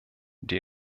die